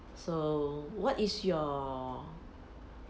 so what is your